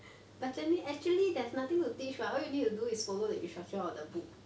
but then act~ actually there's nothing to teach [what] all you need to do is follow the instruction on the book